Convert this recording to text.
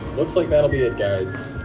looks like that'll be it, guys.